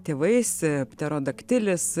tėvais apterodaktilis